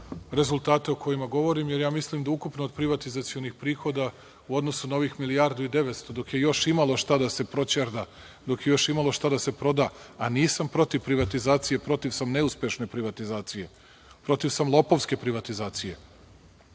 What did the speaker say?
rezultate o kojima govorim, jer mislim da ukupno od privatizacionih prihoda u odnosu na ovih milijardu i 900.000 dok je još imalo šta da se proćerda, dok je imalo šta da se proda, a nisam protiv privatizacije, protiv sam neuspešne privatizacije, protiv sam lopovske privatizacije. Mi